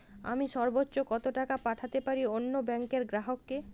আমি সর্বোচ্চ কতো টাকা পাঠাতে পারি অন্য ব্যাংক র গ্রাহক কে?